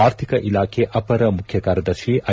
ಆರ್ಥಿಕ ಇಲಾಖೆ ಅಪರ ಮುಖ್ಯ ಕಾರ್ಯದರ್ಶಿ ಐ